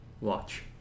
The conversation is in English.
Watch